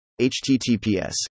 HTTPS